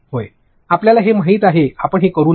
होय आपल्याला हे माहित आहे आपण हे करू नका